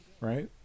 Right